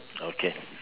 okay